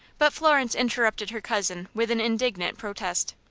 but florence interrupted her cousin with an indignant protest.